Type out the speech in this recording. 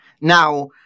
Now